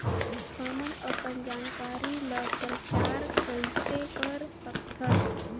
हमन अपन जानकारी ल प्रचार कइसे कर सकथन?